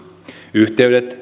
yhteydet